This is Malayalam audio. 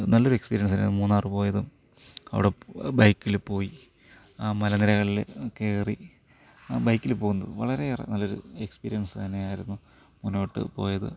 നല്ലൊരു എക്സ്പിരിയൻസായിരുന്നു മൂന്നാറ് പോയതും അവിട ബൈക്കില് പോയി ആ മലനിരകളില് കയറി ആ ബൈക്കില് പോവുന്നതും വളരെ ഏറെ നല്ലൊരു എക്സ്പിരിയൻസ് തന്നെയായിരുന്നു മുന്നോട്ട് പോയത്